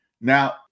now